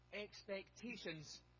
Expectations